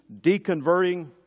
deconverting